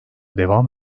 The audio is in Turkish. devam